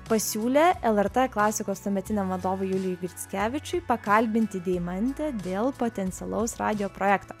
pasiūlė lrt klasikos tuometiniam vadovui juliui mickevičiui pakalbinti deimantę dėl potencialaus radijo projekto